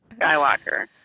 Skywalker